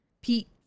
Pete